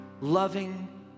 loving